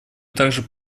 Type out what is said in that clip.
также